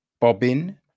Bobbin